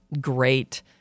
great